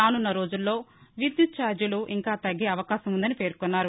రానున్న రోజుల్లో విద్యుత్ఛార్జీలు ఇంకా తగ్గేఅవకాశం ఉన్నదని పేర్కొన్నారు